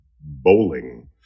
Bowling